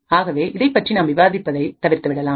ஆகவே இதை பற்றி நாம் விவாதிப்பதை தவிர்த்துவிடலாம்